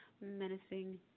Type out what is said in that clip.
menacing